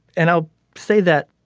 and i'll say that